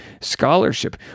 scholarship